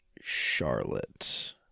Charlotte